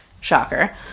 Shocker